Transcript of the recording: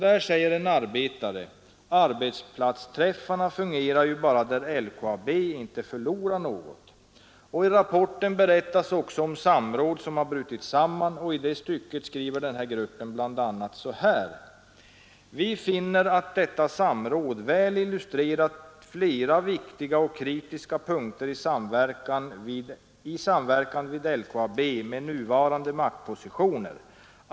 Men, säger en arbetare, arbetsplatsträffarna fungerar bara där LKAB inte förlorar något. I rapporten berättas också om samråd som har brutit samman, och i det stycket skriver gruppen bl.a. följande: ”Vi finner att detta samråd väl illustrerat flera viktiga och kritiska punkter i samverkan vid LKAB med nuvarande maktpositionen.